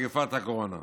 ממגפת הקורונה.